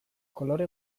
kolore